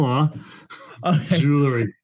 Jewelry